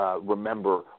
remember